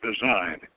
design